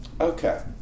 Okay